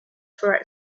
for